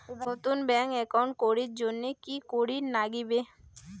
নতুন bank account করির জন্যে কি করিব নাগিবে?